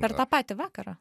per tą patį vakarą